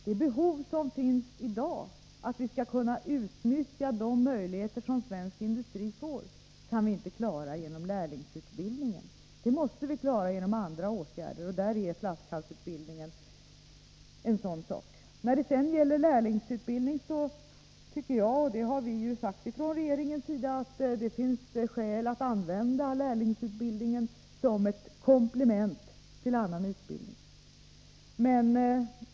Vi kan inte genom lärlingsutbildningen klara att utnyttja de möjligheter som svensk industri får. Det måste vi klara genom andra åtgärder, och flaskhalsutbildningen är en sådan åtgärd. När det sedan gäller lärlingsutbildning tycker jag — och det har vi också sagt från regeringens sida — att det finns skäl att använda lärlingsutbildningen som ett komplement till annan utbildning.